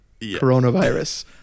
coronavirus